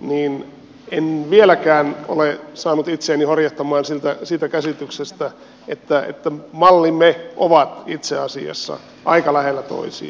niin en vieläkään ole saanut itseäni horjahtamaan siitä käsityksestä että mallimme ovat itse asiassa aika lähellä toisiaan